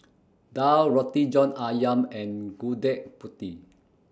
Daal Roti John Ayam and Gudeg Putih